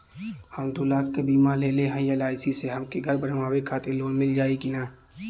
हम दूलाख क बीमा लेले हई एल.आई.सी से हमके घर बनवावे खातिर लोन मिल जाई कि ना?